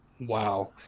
Wow